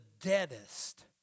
deadest